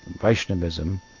Vaishnavism